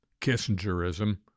Kissingerism